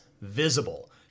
visible